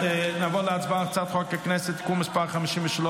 נעבור להצבעה על הצעת חוק הכנסת (תיקון מס' 53)